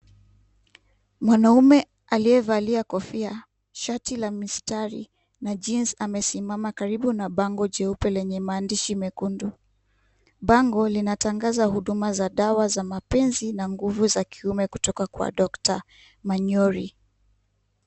Mwanaume aliyevalia kofia ,shati la mistari na jeans amesimama karibu bango juepe lenye maandishi mekundu. Bango linatangaza huduma za dawa za mpenzi na nguvu za kiume kutoka kwa doctor Manyuri.